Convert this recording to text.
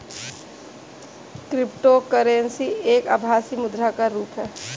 cryptocurrency एक आभासी मुद्रा का रुप है